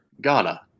Ghana